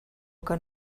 que